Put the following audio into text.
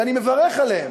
ואני מברך עליהם.